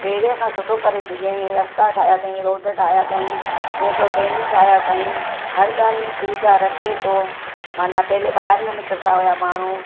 पहिरियों खां सुठो करे छॾियो रस्ता ठाहिया अथई रोड ठाहिया अथई मेट्रो ट्रेनियूं ठाहिया अथई हर ॻाल्हि में सुविधा रखे थो माना पहिरियों ॿाहिरि न निकरंदा हुआ माण्हू